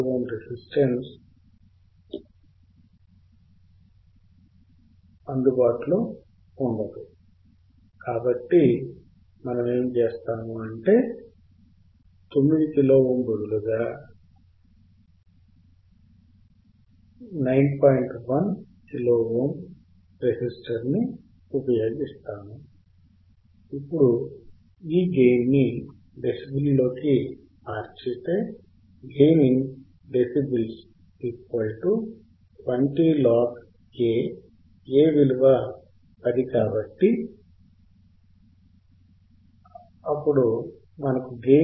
ఇక్కడ మనము అర్ధము చేసుకోవలసినది అర్థం Vout విలువ ఎంత